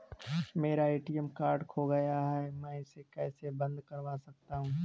मेरा ATM card खो गया है मैं इसे कैसे बंद करवा सकता हूँ?